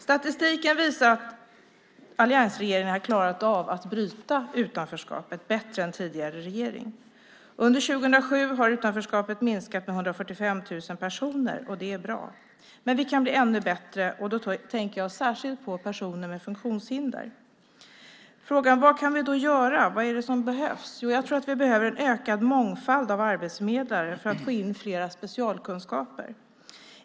Statistiken visar att alliansregeringen har klarat av att bryta utanförskapet bättre än tidigare regering. Under 2007 har utanförskapet minskat med 145 000 personer, och det är bra. Men vi kan bli ännu bättre, och då tänker jag särskilt på personer med funktionshinder. Frågan är: Vad kan vi göra? Vad är det som behövs? Jag tror att vi behöver en ökad mångfald av arbetsförmedlare för att få in flera med specialkunskaper.